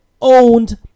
owned